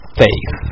faith